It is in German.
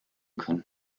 können